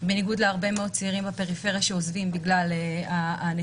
בניגוד להרבה מאוד צעירים בפריפריה שעוזבים בגלל הנתונים.